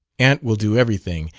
aunt will do everything,